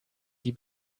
die